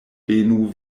benu